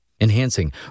enhancing